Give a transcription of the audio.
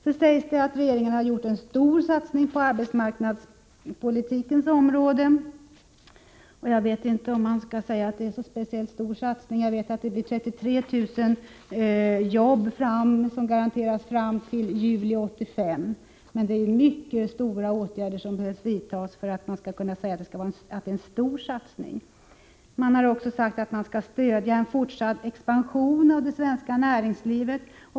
Så sägs att regeringen har gjort en stor satsning på arbetsmarknadspolitikens område. Jag vet inte om man kan säga att det är en speciellt stor satsning —-33 000 jobb garanteras fram till juli 1985. Det är mycket stora åtgärder som behöver vidtas för att man skall kunna kalla det stor satsning. I svaret sägs också att regeringen vidtagit åtgärder för att stödja en fortsatt expansion av det svenska näringslivet.